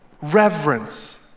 Reverence